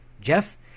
Jeff